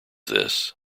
this